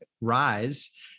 rise